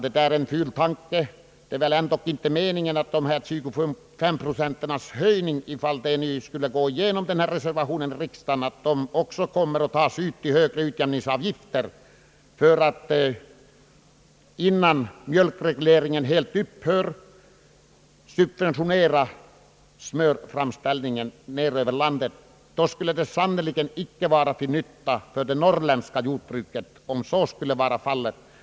Det är en ful tanke! Det är väl ändock inte meningen att denna 25-procentiga höjning — om reservationen skulle gå igenom i riksdagen — också kommer att tas ut i form av högre utjämningsavgifter för att innan mjölkregleringen helt upphör subventionera smörframställningen i Övriga delar av landet. Det skulle sannerligen inte vara till nytta för det norrländska jordbruket, om så skulle bli fallet.